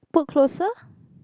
put closer